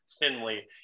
thinly